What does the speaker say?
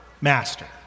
master